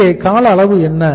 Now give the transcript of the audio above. இங்கே கால அளவு என்ன